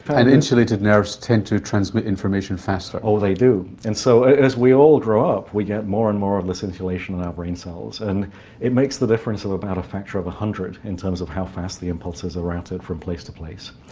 and insulated nerves tend to transmit information faster. oh they do. and so as we all grow up we get more and more of this insulation in our brain cells and it makes the difference of about a factor of one hundred in terms of how fast the impulses are routed from place to place.